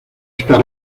esta